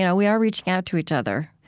you know we are reaching out to each other.